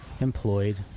employed